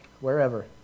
wherever